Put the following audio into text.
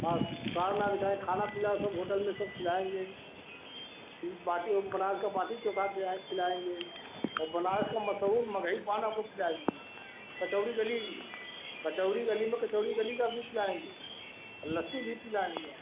हाँ सारनाथ जाएँ खाना पीना सब होटल में सब खिलाएँगे बाटी वह बनारस का बाटी तो और बनारस का मशहूर मगही पान आपको खिलाएँगे कचोड़ी गली कचोड़ी गली में कचोड़ी गली का दूध भी खिलाएँगे और गली लस्सी भी पिलाएँगे आपको